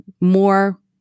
more